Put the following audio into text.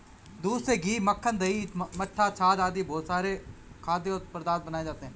दूध से घी, मक्खन, दही, मट्ठा, छाछ आदि बहुत सारे खाद्य पदार्थ बनाए जाते हैं